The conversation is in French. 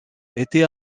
était